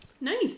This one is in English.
Nice